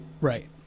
Right